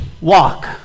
walk